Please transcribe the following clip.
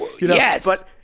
Yes